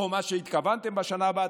או מה שהתכוונתם בשנה הבאה,